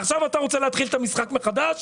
עכשיו אתה רוצה להתחיל את המשחק מחדש?